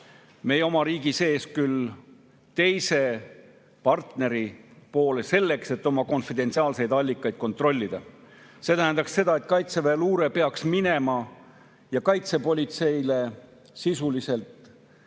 meie oma riigi sees teise partneri poole selleks, et oma konfidentsiaalseid allikaid kontrollida. See tähendaks seda, et kaitseväeluure peaks minema ja kaitsepolitseile sisuliselt